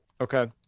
Okay